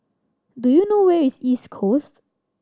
do you know where is East Coast